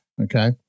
okay